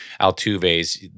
Altuve's